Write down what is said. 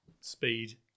speed